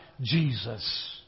Jesus